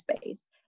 space